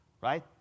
right